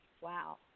Wow